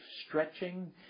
stretching